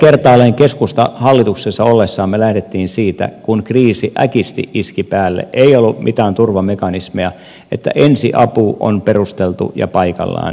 me keskustassa hallituksessa ollessamme lähdimme siitä kun kriisi äkisti iski päälle eikä ollut mitään turvamekanismeja että ensiapu on perusteltu ja paikallaan